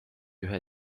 ühe